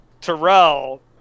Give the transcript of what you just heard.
Terrell